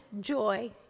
joy